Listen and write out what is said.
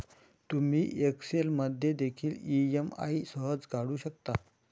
तुम्ही एक्सेल मध्ये देखील ई.एम.आई सहज काढू शकता